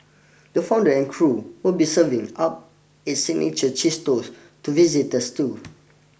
the founder and crew will be serving up its signature cheese toast to visitors too